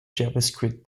javascript